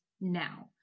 now